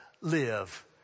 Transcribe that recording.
live